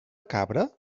cabra